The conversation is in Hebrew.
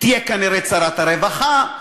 תהיה כנראה צרת הרווחה,